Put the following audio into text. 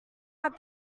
out